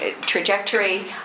trajectory